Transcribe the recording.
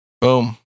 Boom